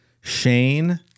Shane